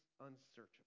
unsearchable